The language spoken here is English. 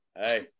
Hey